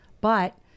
But-